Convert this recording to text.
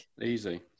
Easy